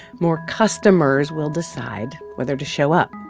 more customers will decide whether to show up.